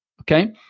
okay